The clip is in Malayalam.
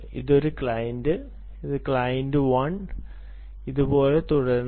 ഇതൊരു ക്ലയന്റ് ക്ലയന്റ് ഒന്ന് ഇതുപോലെ തുടരുന്നു